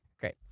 Great